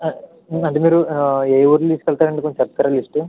ఈ మధ్య మీరు ఏ ఊరు తీసుకు వెళ్తారు అండి చెప్తారా కొంచెం లిస్టు